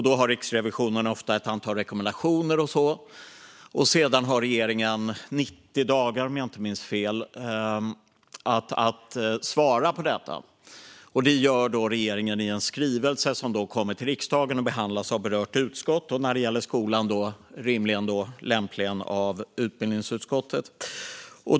Då har Riksrevisionen ofta ett antal rekommendationer, och sedan har regeringen 90 dagar, om jag inte minns fel, på sig att svara på detta. Det gör regeringen i en skrivelse, som då kommer till riksdagen och behandlas av berört utskott. När det gäller skolan är det rimligen och lämpligen av utbildningsutskottet.